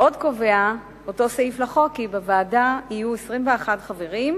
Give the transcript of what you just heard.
עוד קובע אותו סעיף לחוק כי בוועדה יהיו 21 חברים,